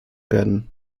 werden